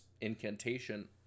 incantation